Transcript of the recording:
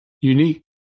unique